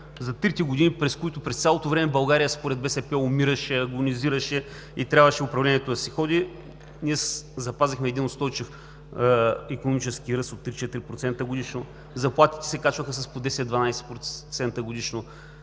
за трите години, през които България през цялото време според БСП умираше, агонизираше и трябваше управлението да си ходи, ние запазихме един устойчив икономически ръст от 3 – 4% годишно, заплатите се качваха с по 10 – 12% годишно,